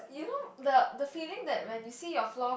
you know the the feeling that when you see your floor